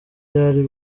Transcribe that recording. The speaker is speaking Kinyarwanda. ryari